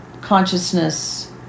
consciousness